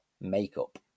makeup